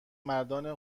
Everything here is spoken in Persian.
مردان